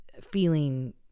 feeling